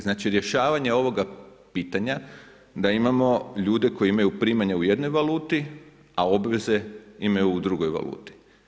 Znači, rješavanje ovoga pitanja da imamo ljude koji imaju primanja u jednoj valuti, a obveze imaju u drugoj valuti.